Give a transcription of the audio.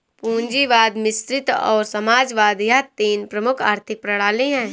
पूंजीवाद मिश्रित और समाजवाद यह तीन प्रमुख आर्थिक प्रणाली है